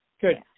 Good